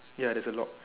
ya here's a lock